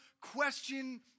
question